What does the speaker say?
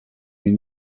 mean